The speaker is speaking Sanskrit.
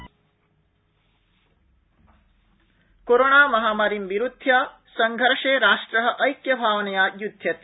कोविड ओपनिंग कोरोणामहामारीं विरूध्य संघर्षे राष्ट्र ऐक्यभावनया य्द्ध्यते